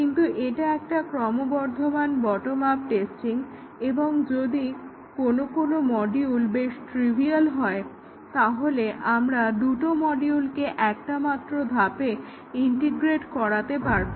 কিন্তু এটা একটা ক্রমবর্ধমান বটম আপ টেস্টিং এবং যদি কোনো কোনো মডিউল বেশ ট্রিভিয়াল হয় তাহলে আমরা দুটো মডিউলকে একটামাত্র ধাপে ইন্টিগ্রেট করাতে পারবো